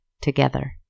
together